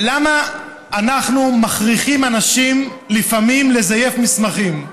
למה אנחנו מכריחים אנשים לפעמים לזייף מסמכים?